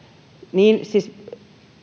niin